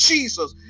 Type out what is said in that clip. Jesus